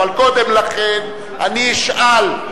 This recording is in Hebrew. אבל קודם לכן אני אשאל: